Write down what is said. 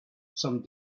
some